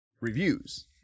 reviews